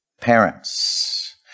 parents